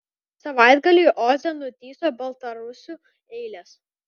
savaitgalį oze nutįso baltarusių eilės